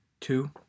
two